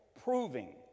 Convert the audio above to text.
proving